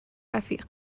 رفیق